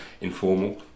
informal